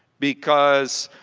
because